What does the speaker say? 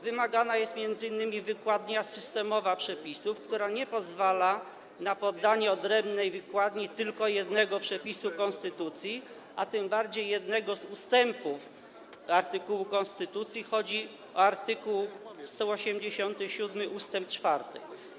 Wymagana jest m.in. wykładnia systemowa przepisów, która nie pozwala na poddanie odrębnej wykładni tylko jednego przepisu konstytucji, a tym bardziej jednego z ustępów artykułu konstytucji, chodzi o art. 187 ust. 4.